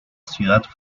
ciudad